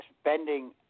spending